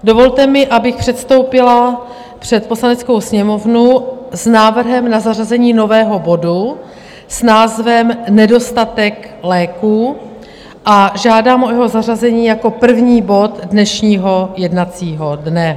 Dovolte mi, abych předstoupila před Poslaneckou sněmovnu s návrhem na zařazení nového bodu s názvem Nedostatek léků a žádám o jeho zařazení jako první bod dnešního jednacího dne.